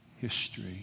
history